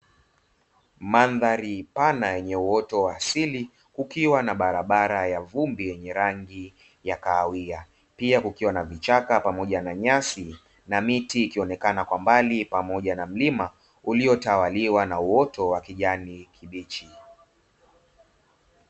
Mandhari pana yenye uoto wa asili ukiwa na barabara ya vumbi yenye rangi ya kkahawia, pia kukiwa na vichaka pamoja na nyasi na miti ikionekana kwa mbali pamoja na mlima uliotawaliwa na uoto wa kijani kibichi.